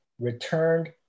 returned